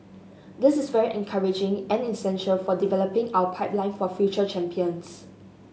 this is very encouraging and essential for developing our pipeline of future champions